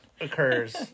occurs